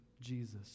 Jesus